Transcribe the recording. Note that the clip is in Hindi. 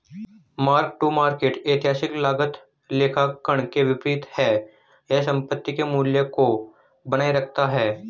मार्क टू मार्केट ऐतिहासिक लागत लेखांकन के विपरीत है यह संपत्ति के मूल्य को बनाए रखता है